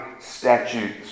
statutes